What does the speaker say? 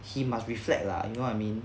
he must reflect lah you know what I mean